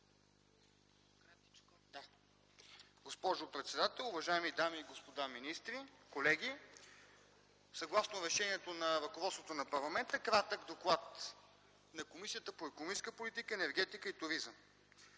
госпожо председател, уважаеми дами и господа министри, колеги! Съгласно решението на ръководството на парламента, ще ви представя кратък доклад на Комисията по икономическата политика, енергетика и туризъм.